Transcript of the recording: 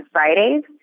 Fridays